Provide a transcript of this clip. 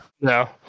no